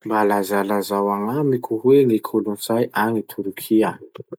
Mba lazalazao agnamiko hoe ny kolotsay agny Torkia?